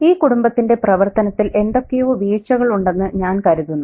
ഈ കുടുംബത്തിന്റെ പ്രവർത്തനത്തിൽ എന്തൊക്കെയോ വീഴ്ചകളുണ്ടെന്ന് ഞാൻ കരുതുന്നു